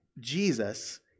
Jesus